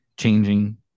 changing